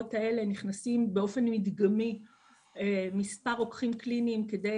בשבועות האלה באופן מדגמי מספר רוקחים קליניים כדי